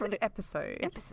episode